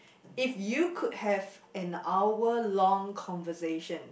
if you could have an hour long conversation